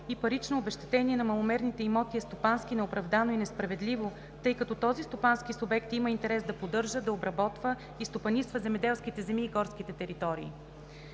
Парично обезщетение на маломерните имоти е стопански неоправдано и несправедливо, тъй като този стопански субект има интерес да поддържа, да обработва и стопанисва земеделските земи и горските територии.